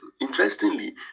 interestingly